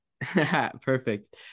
Perfect